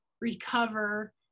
recover